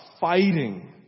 fighting